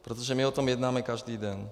Protože my o tom jednáme každý den.